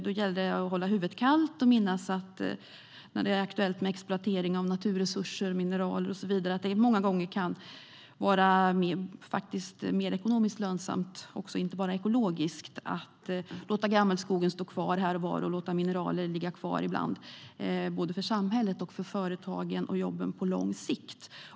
Då gäller det att hålla huvudet kallt och minnas att det, när det är aktuellt med exploatering av naturresurser, mineraler och så vidare, många gånger kan vara mer ekonomiskt lönsamt - inte bara ekologiskt - att låta gammelskogen stå kvar här och var och att låta mineraler ligga kvar ibland, såväl för samhället som för företagen och jobben på lång sikt.